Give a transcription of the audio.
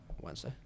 Wednesday